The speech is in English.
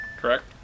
Correct